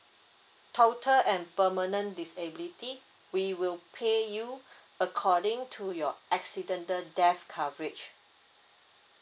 total and permanent disability we will pay you according to your accidental death coverage